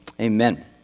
Amen